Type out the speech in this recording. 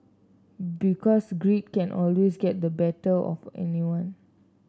because greed can always get the better of anyone